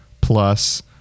plus